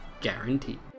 guaranteed